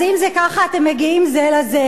אז אם זה ככה, אתם מגיעים זה לזה.